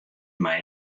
mei